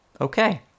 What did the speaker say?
Okay